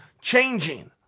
changing